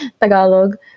Tagalog